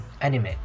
anime